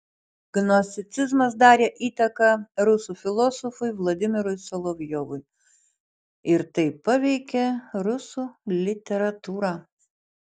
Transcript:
gnosticizmas darė įtaką rusų filosofui vladimirui solovjovui ir taip paveikė rusų literatūrą